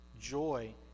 joy